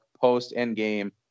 post-Endgame